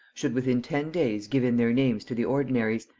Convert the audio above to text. should within ten days give in their names to the ordinaries,